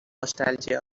nostalgia